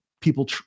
people